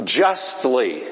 justly